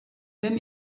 denn